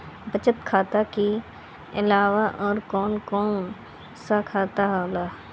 बचत खाता कि अलावा और कौन कौन सा खाता होला?